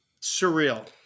surreal